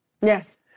Yes